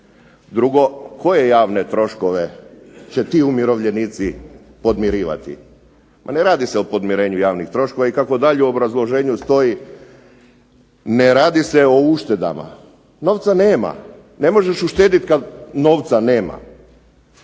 Drugo, koje javne troškove će ti umirovljenici podmirivati? Ma ne radi se o podmirenju javnih troškova i kako dalje u obrazloženju stoji ne radi se o uštedama. Novca nema. Ne možeš uštedit kad novca nema.